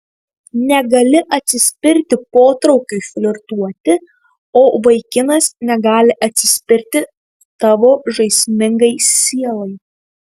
negali atsispirti potraukiui flirtuoti o vaikinas negali atsispirti tavo žaismingai sielai